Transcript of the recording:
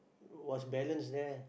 was balance there